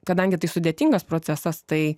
kadangi tai sudėtingas procesas tai